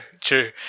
True